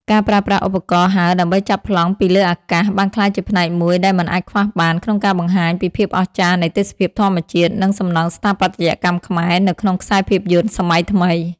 ការប្រើប្រាស់ឧបករណ៍ហើរដើម្បីចាប់ប្លង់ពីលើអាកាស បានក្លាយជាផ្នែកមួយដែលមិនអាចខ្វះបានក្នុងការបង្ហាញពីភាពអស្ចារ្យនៃទេសភាពធម្មជាតិ និងសំណង់ស្ថាបត្យកម្មខ្មែរនៅក្នុងខ្សែភាពយន្តសម័យថ្មី។